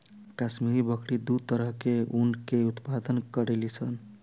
काश्मीरी बकरी दू तरह के ऊन के उत्पादन करेली सन